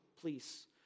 please